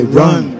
run